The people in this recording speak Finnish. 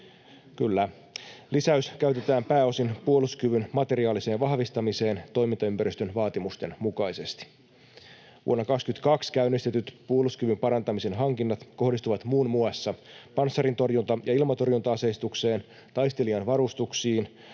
Lisäys käytetään pääosin puolustuskyvyn materiaaliseen vahvistamiseen toimintaympäristön vaatimusten mukaisesti. Vuonna 22 käynnistetyt puolustuskyvyn parantamisen hankinnat kohdistuvat muun muassa panssarintorjunta‑ ja ilmatorjunta-aseistukseen, taistelijan varustuksiin,